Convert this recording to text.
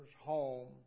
home